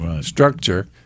structure